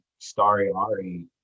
Stariari